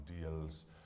deals